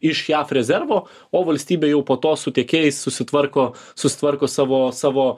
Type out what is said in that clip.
iš jav rezervo o valstybė jau po to su tiekėjais susitvarko susitvarko savo savo